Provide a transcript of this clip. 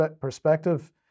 Perspective